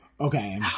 Okay